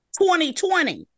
2020